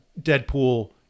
Deadpool